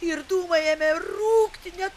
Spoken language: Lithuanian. ir dūmai ėmė rūkti net